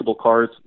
cars